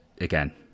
again